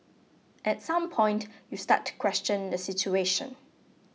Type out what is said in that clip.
at some point you start to question the situation